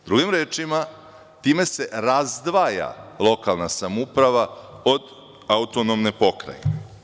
Drugim rečima, time se razdvaja lokalna samouprava od autonomne pokrajine.